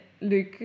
Luke